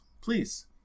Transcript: please